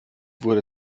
wurde